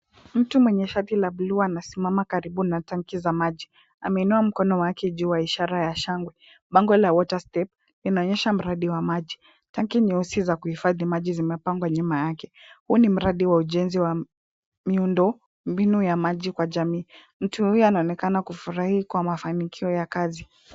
Mtu mwenye shati la bluu anasimama karibu na tanki za maji ameinua mkono wake juu wa ishara ya shangwe. Bango la water step linaonyesha mradi wa maji. Tanki nyeusi za kuhifadhi maji zimepangwa nyuma yake. Huu ni mradi wa ujenzi wa miundombinu ya maji kwa jamii. Mtu huyo anaonekana kufurahi kwa mafanikio ya kazi.